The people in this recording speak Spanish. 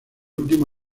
último